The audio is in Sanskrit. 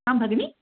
आं भगिनी